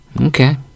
okay